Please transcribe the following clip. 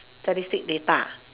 statistic data